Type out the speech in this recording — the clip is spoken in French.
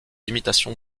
imitations